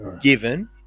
given